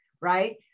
right